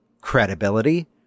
credibility